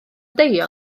deio